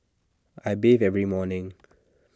I bathe every morning